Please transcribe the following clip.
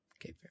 Okay